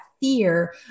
fear